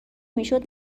میشد